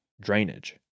drainage